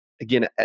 again